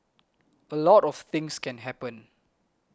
a lot of things can happen